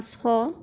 পাঁচশ